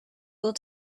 will